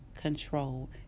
control